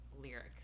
lyrics